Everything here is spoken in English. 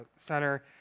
center